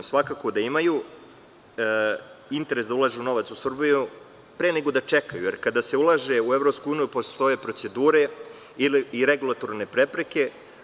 Svakako da imaju interes da ulažu novac u Srbiju pre nego da čekaju, jer kada se ulaže u EU postoje procedure i regulatorne prepreke.